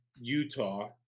Utah